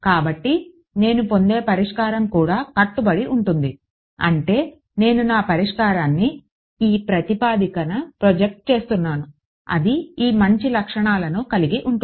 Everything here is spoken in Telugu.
కాబట్టి నేను పొందే పరిష్కారం కూడా కట్టుబడి ఉంటుంది అంటే నేను నా పరిష్కారాన్ని ఈ ప్రాతిపదికన ప్రొజెక్ట్ చేస్తున్నాను అది ఈ మంచి లక్షణాలను కలిగి ఉంటుంది